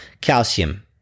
Calcium